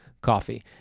coffee